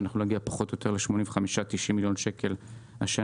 כך נגיע פחות או יותר ל-90-85 מיליון שקל השנה.